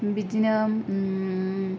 बिदिनो